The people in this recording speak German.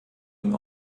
ihm